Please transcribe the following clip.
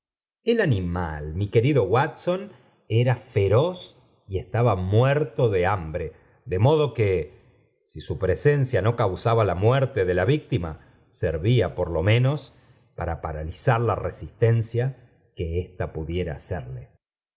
el animal mi querido watson era feroz y estaba muerto de hambre de modo que i su presencia no causaba la muerto de la víctima servía por lo menos para paralizar la ro mi rucia que ésta pudiera hacerle